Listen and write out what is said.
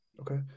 Okay